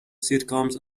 sitcoms